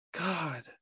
god